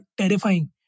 terrifying